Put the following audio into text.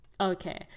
okay